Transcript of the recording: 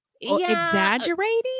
exaggerating